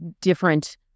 different